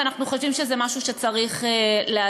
ואנחנו חושבים שזה משהו שצריך לאזן.